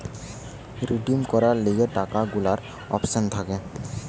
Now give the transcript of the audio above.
redeem করার লিগে টাকা গুলার অপশন থাকে